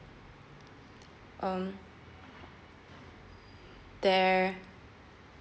um there